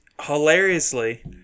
Hilariously